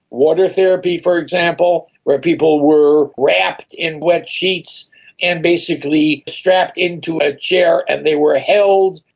water therapy for example where people were wrapped in wet sheets and basically strapped into a chair and they were held.